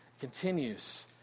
continues